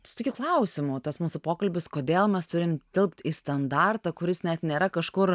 su tokiu klausimu tas mūsų pokalbis kodėl mes turim tilpt į standartą kuris net nėra kažkur